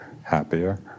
Happier